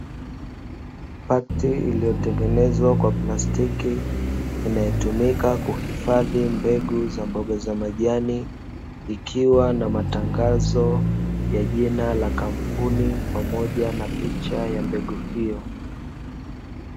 Pakti iliyotengenezwa kwa plastiki, inayotumika kuhifadhi mbegu za mboga za majani, ikiwa na matangazo ya jina la kampuni, pamoja na picha ya mbegu hiyo.